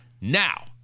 Now